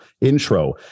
intro